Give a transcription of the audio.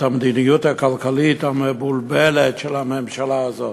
המדיניות הכלכלית המבולבלת של הממשלה הזאת.